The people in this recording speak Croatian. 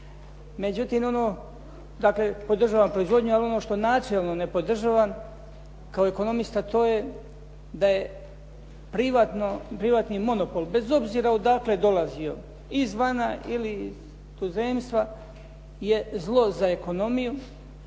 ali ono što načelno ne podržavam kao ekonomist, a to je da je privatni monopol, bez obzira odakle dolazio, izvana ili iz tuzemstva je zlo za ekonomiju.